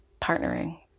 partnering